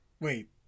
Wait